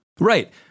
Right